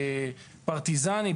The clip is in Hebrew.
פרטיזני,